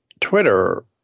Twitter